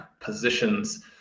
positions